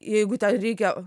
jeigu ten reikia